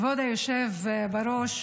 כבוד היושב בראש,